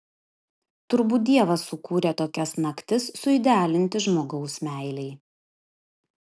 turbūt dievas sukūrė tokias naktis suidealinti žmogaus meilei